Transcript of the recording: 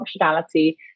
functionality